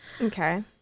Okay